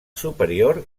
superior